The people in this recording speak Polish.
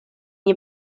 nie